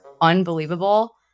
unbelievable